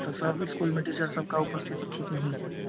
तो सब इस्कूल में टीचर सब की उपस्थिति ठीक नहीं है